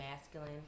masculine